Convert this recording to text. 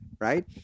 right